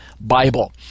Bible